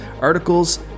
articles